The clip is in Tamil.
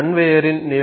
கன்வேயரின் நீளம் 4